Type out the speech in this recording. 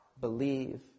believe